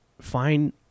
find